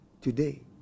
today